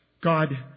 God